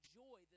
joy